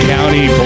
County